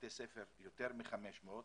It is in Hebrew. בבתי הספר יותר מ-500.